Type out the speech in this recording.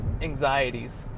anxieties